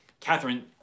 Catherine